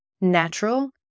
natural